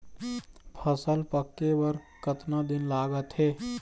फसल पक्के बर कतना दिन लागत हे?